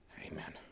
Amen